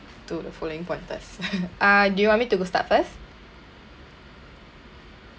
to the following pointers ah do you want me to go start first